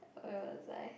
where was I